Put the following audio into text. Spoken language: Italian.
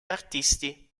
artisti